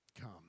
come